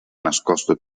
nascosto